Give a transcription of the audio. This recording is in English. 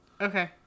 Okay